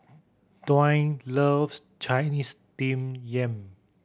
Dwaine loves Chinese Steamed Yam